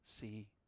see